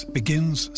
begins